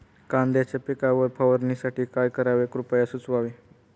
कांद्यांच्या पिकावर फवारणीसाठी काय करावे कृपया सुचवावे